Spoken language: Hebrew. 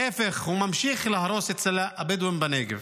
ההפך, הוא ממשיך להרוס אצל הבדואים בנגב.